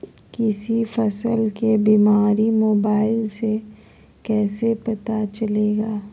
किसी फसल के बीमारी मोबाइल से कैसे पता चलेगा?